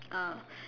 ah